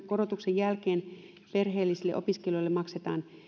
korotuksen jälkeen perheellisille opiskelijoille maksetaan